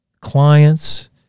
clients